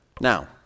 Now